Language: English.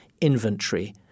inventory